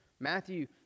Matthew